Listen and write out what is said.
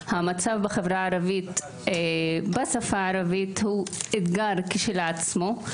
המצב בחברה הערבית בשפה הערבית הוא אתגר כשלעצמו.